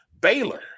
Baylor